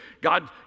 God